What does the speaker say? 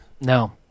No